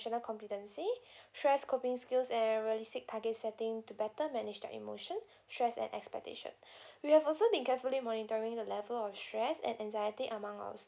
competency stress coping skills and realistic target setting to better manage their emotion stress and expectation we have also been carefully monitoring the level of stress and anxiety among our